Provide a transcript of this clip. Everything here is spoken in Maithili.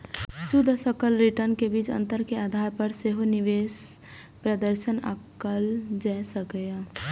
शुद्ध आ सकल रिटर्न के बीच अंतर के आधार पर सेहो निवेश प्रदर्शन आंकल जा सकैए